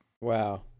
wow